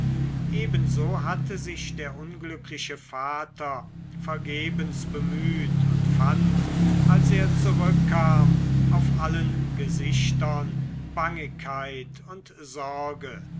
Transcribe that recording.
ebenso hatte sich der unglückliche vater vergebens bemüht und fand als er zurückkam auf allen gesichtern bangigkeit und sorge